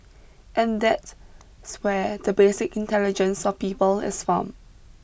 and that's where the basic intelligence of people is formed